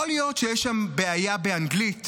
יכול להיות שיש שם בעיה באנגלית,